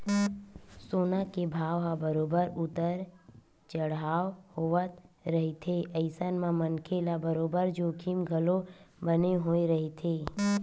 सोना के भाव ह बरोबर उतार चड़हाव होवत रहिथे अइसन म मनखे ल बरोबर जोखिम घलो बने होय रहिथे